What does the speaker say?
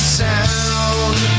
sound